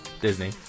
Disney